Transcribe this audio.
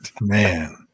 Man